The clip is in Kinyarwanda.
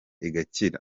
igakira